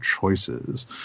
choices